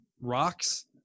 rocks